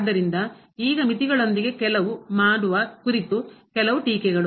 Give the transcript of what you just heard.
ಆದ್ದರಿಂದ ಈಗ ಮಿತಿಗಳೊಂದಿಗೆ ಕೆಲಸ ಮಾಡುವ ಕುರಿತು ಕೆಲವು ಟೀಕೆಗಳು